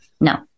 No